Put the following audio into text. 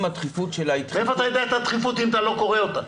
אם הדחיפות שלה היא -- איך אתה יודע את הדחיפות אם אתה לא קורא אותה?